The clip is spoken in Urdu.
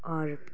اور